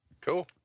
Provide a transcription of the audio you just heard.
Cool